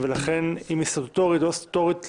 ולכן אם היא סטטוטורית או לא סטטוטורית,